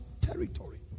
territory